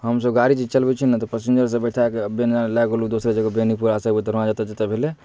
हमसब गाड़ी जे चलबैत छी ने तऽ पैसिन्जर सब बैठाएके बैठाके आ लै गेलहुँ दोसर जगह बेनिपुरा सब तर जतऽ जतऽ भेलै